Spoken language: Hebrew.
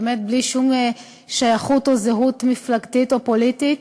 באמת בלי שום שייכות או זהות מפלגתית או פוליטית.